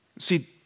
See